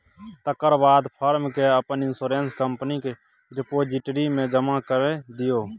तकर बाद फार्म केँ अपन इंश्योरेंस कंपनीक रिपोजिटरी मे जमा कए दियौ